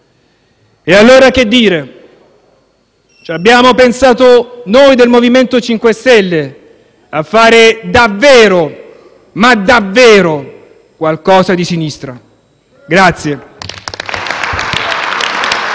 Allora, che dire? Ci abbiamo pensato noi del MoVimento 5 Stelle a fare davvero - ma davvero! - qualcosa di sinistra.